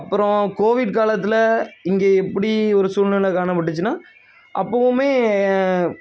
அப்புறோம் கோவிட் காலத்தில் இங்கே எப்படி ஒரு சூழ்நிலை காணப்பட்டுச்சுனா அப்போவுமே